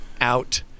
out